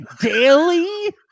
Daily